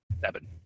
Seven